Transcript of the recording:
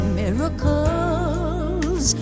miracles